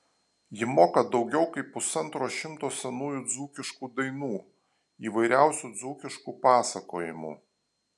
ji moka daugiau kaip pusantro šimto senųjų dzūkiškų dainų įvairiausių dzūkiškų pasakojimų